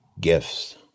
Gifts